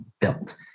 built